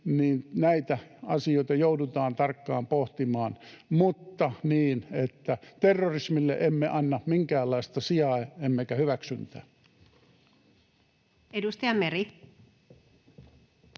näitä asioita joudutaan tarkkaan pohtimaan, mutta niin, että terrorismille emme anna minkäänlaista sijaa emmekä hyväksyntää.